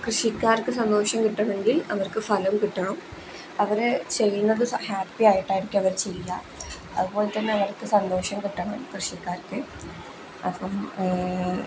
കൃഷിക്കാർക്ക് സന്തോഷം കിട്ടണമെങ്കിൽ അവർക്ക് ഫലം കിട്ടണം അവർ ചെയ്യുന്നത് ഹാപ്പി ആയിട്ടായിരിക്കും അവർ ചെയ്യുക അതുപോലെത്തന്നെ അവർക്ക് സന്തോഷം കിട്ടണം കൃഷിക്കാർക്ക് അപ്പം ഏ